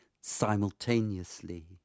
simultaneously